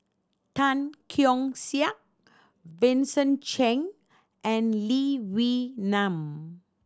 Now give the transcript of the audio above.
Tan Keong Saik Vincent Cheng and Lee Wee Nam